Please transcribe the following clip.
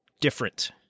different